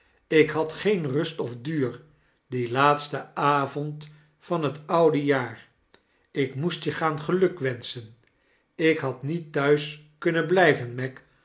ik had geen rust of duur dien laatsten avond van het oude jaar ik moest je gaan geliukwenschen ik had niet thuis kunnen blijven meg